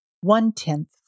one-tenth